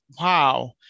wow